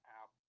app